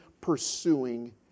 pursuing